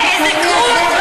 קרוז,